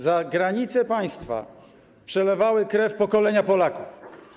Za granicę państwa przelewały krew pokolenia Polaków.